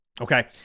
okay